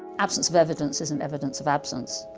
absence of evidence isn't evidence of absence.